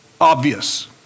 obvious